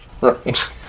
Right